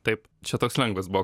taip čia toks lengvas buvo